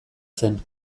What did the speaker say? zen